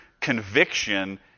conviction